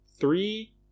three